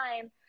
time